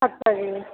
ਅੱਛਾ ਜੀ